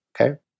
Okay